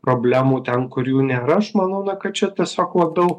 problemų ten kur jų nėra aš manau na kad čia tiesiog labiau